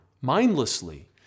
mindlessly